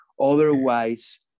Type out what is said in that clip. otherwise